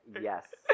yes